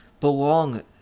belong